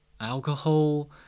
alcohol